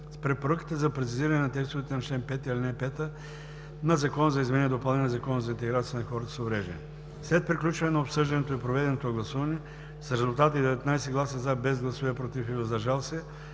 с препоръката за прецизиране на текстовете на чл. 5, ал. 5 на Закона за изменение и допълнение на Закона за интеграция на хората с увреждания. След приключване на обсъждането и проведеното гласуване с резултати: 19 гласа „за“, без гласове „против“ и „въздържал се“,